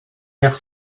air